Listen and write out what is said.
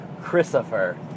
Christopher